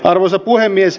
arvoisa puhemies